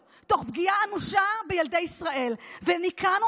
כי היום בוועדה לקידום מעמד האישה אמרתי שאני לא